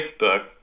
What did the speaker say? Facebook